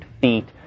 feet